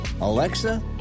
Alexa